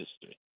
history